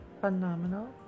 phenomenal